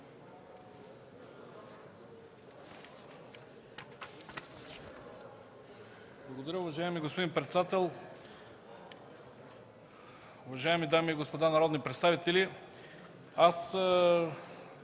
(ГЕРБ): Уважаеми господин председател, уважаеми дами и господа народни представители! Няма